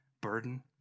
burden